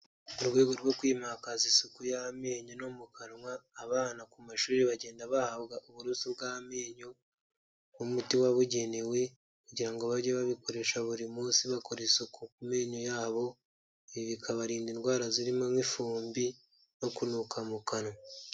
Mu rwego rwo kwimakaza isuku y'amenyo no mu kanwa, abana ku mashuri bagenda bahabwa uburoso bw'amenyo n'umuti wabugenewe kugira ngo bajye babikoresha buri munsi bakora isuku ku menyo yabo, ibi bikabarinda indwara zirimo nk'ifumbi no kunuka mu kanwa.